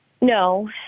No